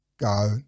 go